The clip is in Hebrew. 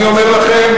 אני אומר לכם,